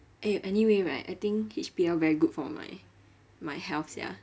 eh anyway right I think H_B_L very good for my my health sia